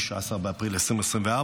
19 באפריל 2024,